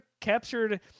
captured